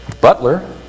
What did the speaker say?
Butler